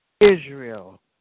Israel